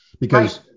because-